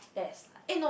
that is like